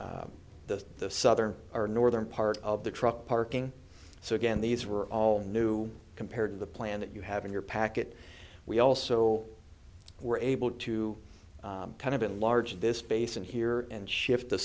along the the southern or northern part of the truck parking so again these were all new compared to the plan that you have in your packet we also were able to kind of enlarge this basin here and shift the